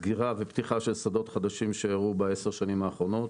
סגירה ופתיחה של שדות חדשים שאירעו בעשר שנים האחרונות,